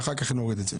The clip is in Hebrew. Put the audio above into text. ואחר כך נוריד את זה.